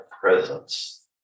presence